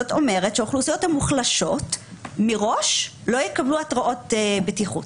זאת אומרת שהאוכלוסיות המוחלשות מראש לא יקבלו התראות בטיחות.